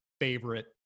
favorite